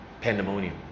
pandemonium